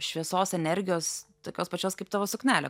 šviesos energijos tokios pačios kaip tavo suknelė